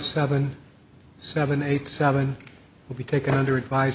seven seven eight seven will be taken under advi